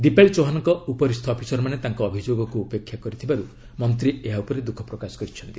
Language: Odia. ଦୀପାଳି ଚୌହାନଙ୍କ ଉପରିସ୍ଥ ଅଫିସରମାନେ ତାଙ୍କ ଅଭିଯୋଗକୁ ଉପେକ୍ଷା କରିଥିବାରୁ ମନ୍ତ୍ରୀ ଏହା ଉପରେ ଦୁଃଖ ପ୍ରକାଶ କରିଛନ୍ତି